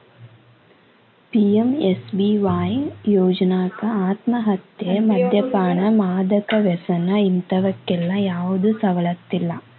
PMSBY ಯೋಜ್ನಾಕ ಆತ್ಮಹತ್ಯೆ, ಮದ್ಯಪಾನ, ಮಾದಕ ವ್ಯಸನ ಇಂತವಕ್ಕೆಲ್ಲಾ ಯಾವ್ದು ಸವಲತ್ತಿಲ್ಲ